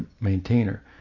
maintainer